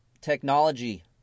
Technology